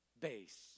base